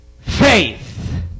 faith